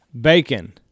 Bacon